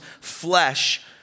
flesh